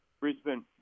Brisbane